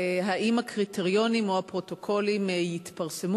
האם הקריטריונים או הפרוטוקולים יתפרסמו